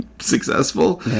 successful